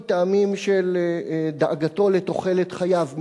מטעמים של דאגתו לתוחלת חייו,